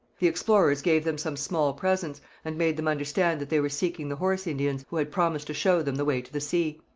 the explorers gave them some small presents, and made them understand that they were seeking the horse indians, who had promised to show them the way to the sea.